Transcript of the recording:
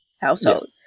household